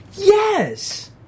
Yes